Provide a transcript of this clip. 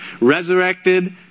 Resurrected